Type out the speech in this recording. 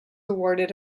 awarded